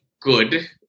good